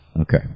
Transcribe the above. Okay